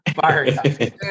Fire